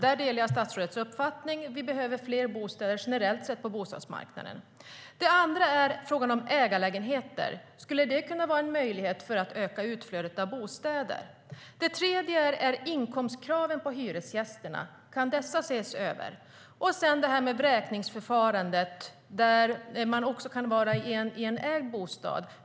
Där delar jag statsrådets uppfattning att vi behöver fler bostäder generellt sett på bostadsmarknaden. Den andra är frågan om ägarlägenheter. Skulle det kunna vara en möjlighet för att öka utflödet av bostäder? Den tredje är inkomstkraven på hyresgästerna. Kan dessa ses över? Den fjärde är vräkningsförfarandet när man bor i en ägd bostad.